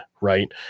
right